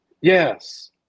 Yes